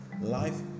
Life